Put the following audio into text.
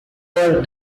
are